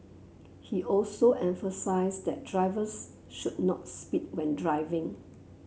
he also emphasised that drivers should not speed when driving